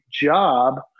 job